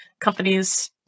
companies